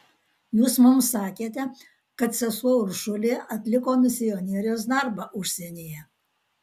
jūs mums sakėte kad sesuo uršulė atliko misionierės darbą užsienyje